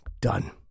done